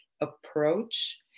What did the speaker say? approach